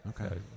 Okay